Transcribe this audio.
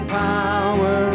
power